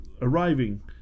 arriving